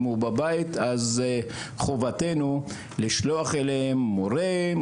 אם הוא בבית אז חובתנו לשלוח אליהם מורה,